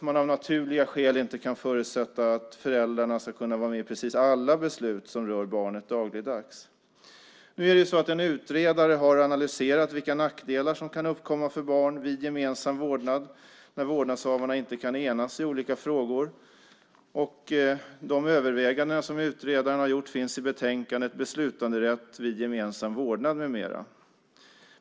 Av naturliga skäl kan man inte förutsätta att föräldrarna ska kunna vara med i precis alla beslut som rör barnet dagligdags. En utredare har analyserat vilka nackdelar som kan uppkomma för barnet vid gemensam vårdnad när vårdnadshavarna inte kan enas i olika frågor. De överväganden som utredaren har gjort finns i betänkandet Beslutanderätt vid gemensam vårdnad m.m.